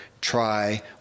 Try